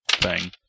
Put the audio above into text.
Bang